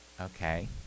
Okay